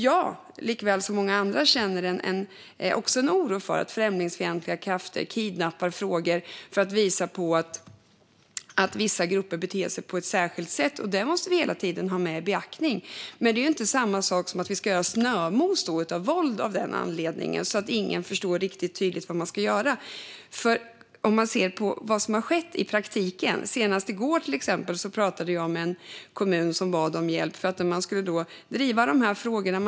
Jag liksom många känner också en oro för att främlingsfientliga krafter kidnappar frågor för att visa på att vissa grupper beter sig på ett särskilt sätt. Det måste vi hela tiden ha med i beaktande. Men det är inte samma sak som att vi av den anledningen ska göra snömos av våld så att ingen riktigt förstår vad man ska göra. Man kan se på vad som har skett i praktiken. Senast i går till exempel pratade jag med företrädare för en kommun som bad om hjälp. De skulle driva de här frågorna.